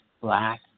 black